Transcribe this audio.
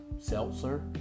seltzer